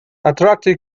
artistic